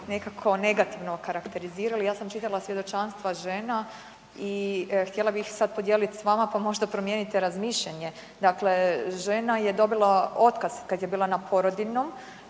nekako negativno okarakterizirali. Ja sam čitala svjedočanstva žena i htjela bi ih sad podijeliti s vama, pa možda promijenite razmišljanje. Dakle, žena je dobila otkaz kad je bila na porodiljnom,